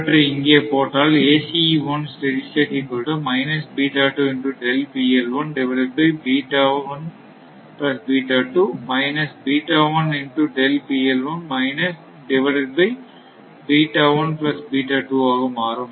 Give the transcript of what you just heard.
இவற்றை இங்கே போட்டால் ஆக மாறும்